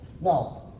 Now